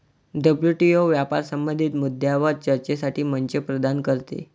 WTO व्यापार संबंधित मुद्द्यांवर चर्चेसाठी मंच प्रदान करते